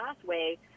pathway